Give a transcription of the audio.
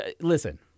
Listen